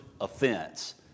offense